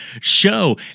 show